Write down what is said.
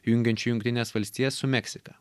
jungiančių jungtines valstijas su meksika